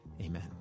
amen